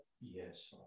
Yes